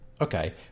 Okay